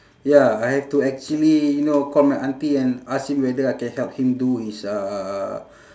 ya I have to actually you know call my auntie and ask him whether I can help him do his uh